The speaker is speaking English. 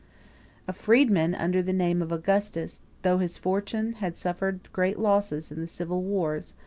a freedman, under the name of augustus, though his fortune had suffered great losses in the civil wars,